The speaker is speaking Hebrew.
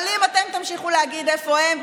אבל אם אתם תמשיכו להגיד: איפה הם,